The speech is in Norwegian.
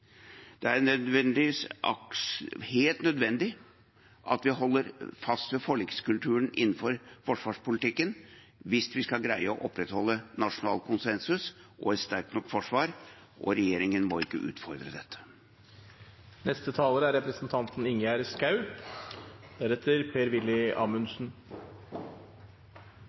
Det er helt nødvendig at vi holder fast ved forlikskulturen innenfor forsvarspolitikken hvis vi skal greie å opprettholde nasjonal konsensus og et sterkt nok forsvar, og regjeringen må ikke utfordre dette. Statsbudsjettet som vi skal vedta i dag, tjener norske interesser og er